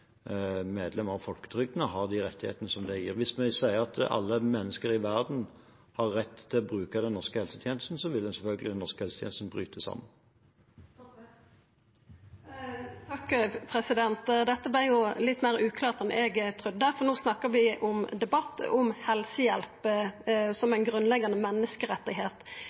medlem av folketrygden og har de rettighetene som det gir. Hvis vi sier at alle mennesker i verden har rett til å bruke den norske helsetjenesten, vil selvfølgelig den norske helsetjenesten bryte sammen. Dette vart litt meir uklart enn eg trudde. No snakkar vi om ein debatt om helsehjelp som